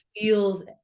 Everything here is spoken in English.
feels